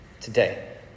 today